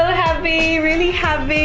ah happy. really happy.